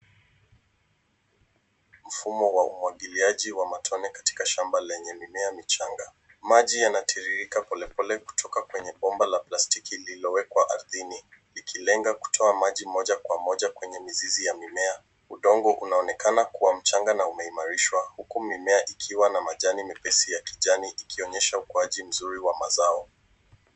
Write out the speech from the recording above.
Mfumo wa umwagiliaji wa matone katika shamba lenye mimea michanga. Maji yanatiririka polepole kutoka kwenye bomba la plastiki lililowekwa ardhini ikilenga kutoa maji moja kwa moja kwenye mizizi ya mimea. Udongo unaonekana kuwa mchanga na umeimarishwa, uku mimea ikiwa na majani mepesi ya kijani ikionyesha ukuaji mzuri wa mazao.